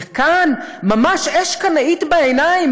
וכאן, ממש אש קנאית בעיניים.